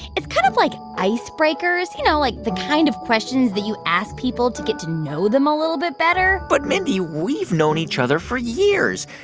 it's kind of like icebreakers you know, like the kind of questions that you ask people to get to know them a little bit better but mindy, we've known each other for years.